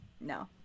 no